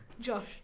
josh